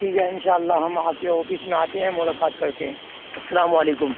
ٹھیک ہے انشاء اللہ ہم آ کے آفس میں آتے ہیں ملاقات کرتے ہیں السّلام علیکم